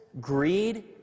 greed